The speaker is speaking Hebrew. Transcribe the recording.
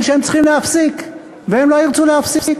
שהם צריכים להפסיק והם לא ירצו להפסיק,